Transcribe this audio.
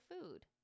food